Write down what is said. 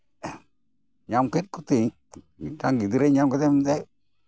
ᱧᱟᱢ ᱠᱮᱜ ᱠᱚᱛᱤᱧ ᱢᱤᱫᱴᱟᱝ ᱜᱤᱫᱽᱨᱟᱹᱧ ᱧᱟᱢ ᱠᱮᱫᱮᱭᱟ ᱢᱮᱱᱫᱟᱭ